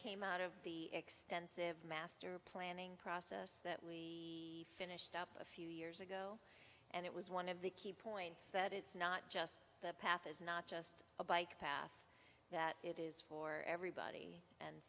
came out of the extensive master planning process that we finished up a few years ago and it was one of the key points that it's not just the path is not just a bike path that it is for everybody and